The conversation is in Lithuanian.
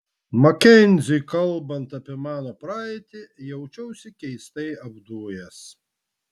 makenziui kalbant apie mano praeitį jaučiausi keistai apdujęs